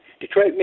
Detroit